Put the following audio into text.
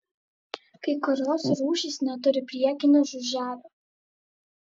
kai kurios rūšys neturi priekinio žiuželio